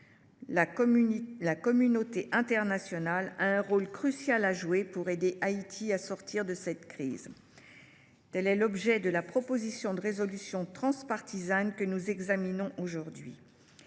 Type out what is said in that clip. La communauté internationale a un rôle crucial à jouer pour aider Haïti à sortir de cette crise. Tel est l’objet de la proposition de résolution transpartisane que nous examinons aujourd’hui.